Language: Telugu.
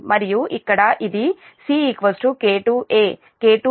మరియు ఇక్కడ ఇది CK2 A K2Pmax K2 0